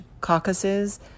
caucuses